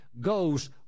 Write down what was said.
goes